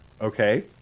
okay